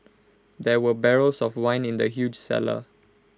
there were barrels of wine in the huge cellar